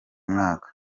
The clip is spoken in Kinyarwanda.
mwaka